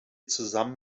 zusammen